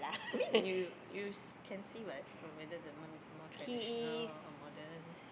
I mean you you can see what from whether the mum is more traditional or modern